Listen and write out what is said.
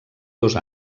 dos